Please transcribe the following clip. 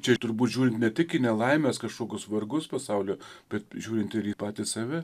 čia ir turbūt žiūrint ne tik į nelaimes kažkokius vargus pasaulio bet žiūrint ir į patį save